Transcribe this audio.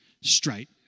straight